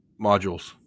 Modules